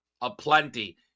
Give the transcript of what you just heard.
aplenty